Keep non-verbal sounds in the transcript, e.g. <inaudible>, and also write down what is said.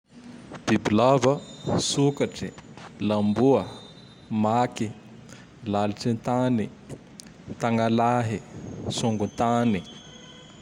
<noise> Bibilava, <noise> sokatry, <noise> lamboa, <noise> maky, <noise> lalitry an-tany, <noise> tagnalahy, <noise> songotany. <noise>